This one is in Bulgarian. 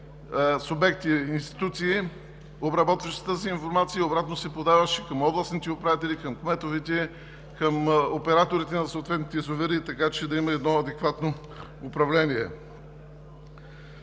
субекти и институции, обработваше тази информация и обратно се подаваше към областните управители, кметовете, операторите на съответните язовири, така че да има едно адекватно управление.